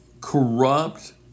corrupt